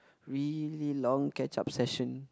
really long catch up session